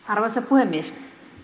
arvoisa puhemies